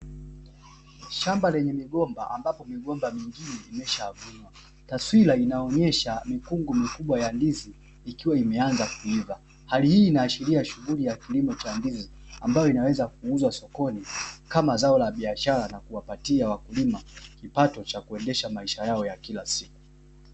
Shamba lenye migomba ambapo migomba mingine imeshavunwa, taswira inaonesha mikungu mikubwa ya ndizi ikiwa imeanza kuiva. Hali hii inaashiria shughuli ya kilimo cha ndizi ambazo inaweza kuuzwa sokoni kama zao la biashara na kuwapatia wakulima kipato cha kuendesha maisha yao ya kila siku.